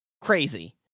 crazy